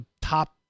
top